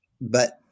but-